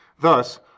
Thus